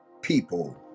people